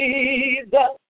Jesus